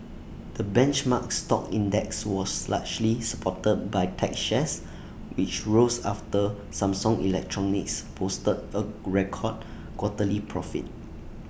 the benchmark stock index was largely supported by tech shares which rose after Samsung electronics posted A record quarterly profit